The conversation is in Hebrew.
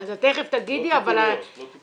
אז את תיכף תגידי אבל -- לא טיפוליות.